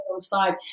side